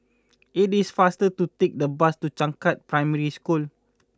it is faster to take the bus to Changkat Primary School